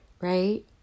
right